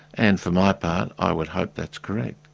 and for my part i would hope that's correct.